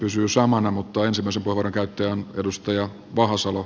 pysyy samana mutta ensimmäisen vuoden käyttö edustaja vahasalo